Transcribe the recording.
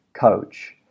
coach